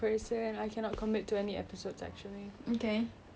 but if I have to choose romance is me